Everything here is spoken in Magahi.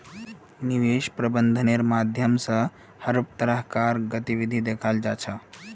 निवेश प्रबन्धनेर माध्यम स हर तरह कार गतिविधिक दखाल जा छ